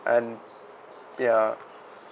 and ya